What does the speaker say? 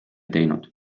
teinud